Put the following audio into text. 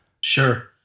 Sure